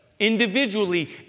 individually